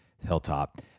Hilltop